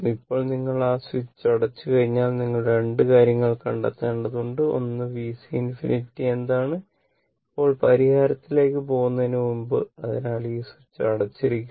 ഇപ്പോൾ നിങ്ങൾ ആ സ്വിച്ച് അടച്ചുകഴിഞ്ഞാൽ നിങ്ങൾ 2 കാര്യങ്ങൾ കണ്ടെത്തേണ്ടതുണ്ട് ഒന്ന് VC ∞ എന്താണ് ഇപ്പോൾ പരിഹാരത്തിലേക്ക് പോകുന്നതിനുമുമ്പ് അതിനാൽ ഈ സ്വിച്ച് അടച്ചിരിക്കുന്നു